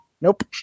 Nope